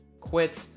quit